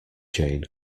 jane